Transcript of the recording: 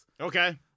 Okay